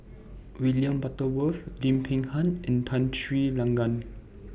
William Butterworth Lim Peng Han and Tun Sri Lanang